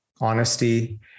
honesty